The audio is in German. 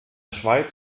schweiz